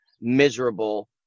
miserable